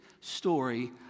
story